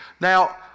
Now